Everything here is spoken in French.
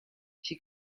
j’ai